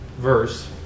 verse